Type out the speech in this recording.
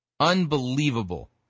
Unbelievable